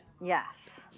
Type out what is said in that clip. Yes